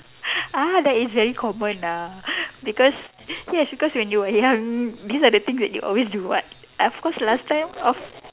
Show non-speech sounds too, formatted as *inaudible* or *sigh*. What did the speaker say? *breath* uh that is very common ah *breath* because yes because when you were young these are the things that you always do [what] of course last time of